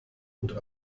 und